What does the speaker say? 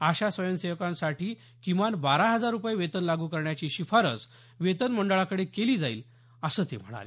आशा स्वयंसेविकांसाठी किमान बारा हजार रुपये वेतन लागू करण्याची शिफारस वेतन मंडळाकडे केली जाईल असं ते म्हणाले